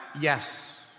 Yes